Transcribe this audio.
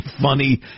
funny